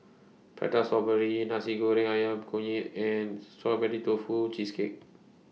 Prata Strawberry Nasi Goreng Ayam Kunyit and Strawberry Tofu Cheesecake